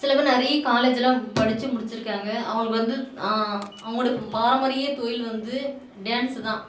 சில பேர் நிறைய காலேஜ்லாம் படித்து முடிச்சிருக்காங்க அவங்களுக்கு வந்து அவங்கோட பாரம்பரிய தொழில் வந்து டேன்ஸு தான்